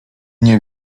nie